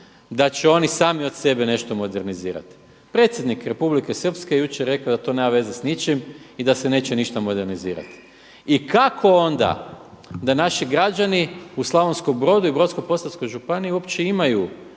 da će oni sami od sebe nešto modernizirati. Predsjednik Republike Srpske jučer je rekao da to nema veze sa ničim i da se neće ništa modernizirati. I kako onda da naši građani u Slavonskom Brodu i Brodsko-posavskoj županiji uopće imaju